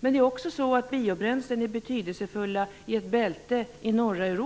Men det är också så att biobränslen är betydelsefulla i ett bälte i norra